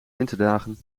winterdagen